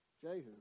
Jehu